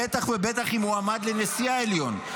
בטח ובטח אם הוא מועמד לנשיא העליון.